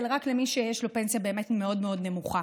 רק למי שיש לו פנסיה באמת מאוד מאוד נמוכה,